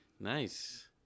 nice